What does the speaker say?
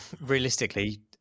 realistically